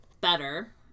better